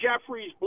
Jeffrey's